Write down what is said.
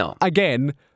again